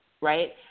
right